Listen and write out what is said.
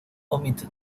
omitted